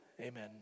Amen